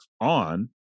on